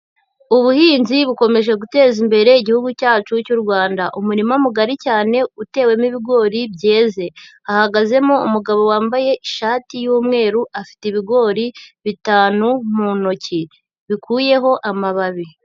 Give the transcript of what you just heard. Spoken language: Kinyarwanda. Ubuhinzi bukomeje guteza imbere Igihugu cyacu cy'u Rwanda, umurima mugari cyane utewemo ibigori byeze, hahagazemo umugabo wambaye ishati y'umweru afite ibigori bitanu mu ntoki bikuyeho amababi.